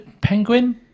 Penguin